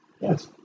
Yes